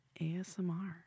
ASMR